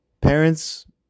Parents